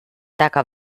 taca